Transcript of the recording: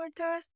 podcast